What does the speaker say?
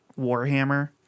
Warhammer